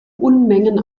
unmengen